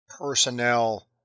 personnel